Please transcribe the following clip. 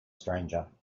stranger